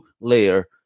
layer